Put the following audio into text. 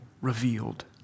revealed